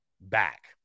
back